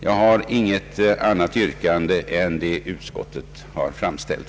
Jag har inget annat yrkande än det utskottet framställt.